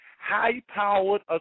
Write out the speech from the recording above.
High-powered